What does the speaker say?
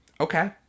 okay